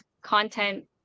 content